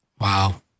Wow